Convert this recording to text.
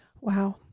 Wow